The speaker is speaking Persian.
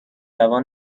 جوان